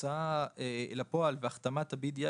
הוצאה לפועל וה-BDI